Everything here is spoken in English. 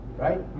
Right